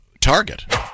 Target